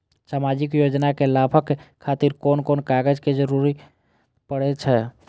सामाजिक योजना के लाभक खातिर कोन कोन कागज के जरुरत परै छै?